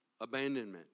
abandonment